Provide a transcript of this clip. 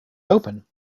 open